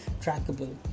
trackable